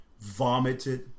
vomited